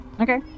Okay